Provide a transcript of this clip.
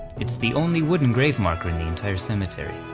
it's the only wooden grave marker in the entire cemetery.